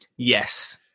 Yes